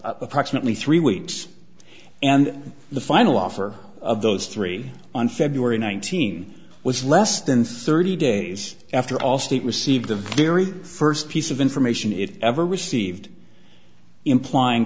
approximately three weeks and the final offer of those three on february nineteen was less than thirty days after allstate received the very first piece of information it ever received implying